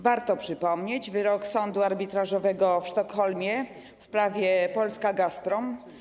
Warto przypomnieć wyrok sądu arbitrażowego w Sztokholmie w sprawie Polska - Gazprom.